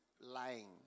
lying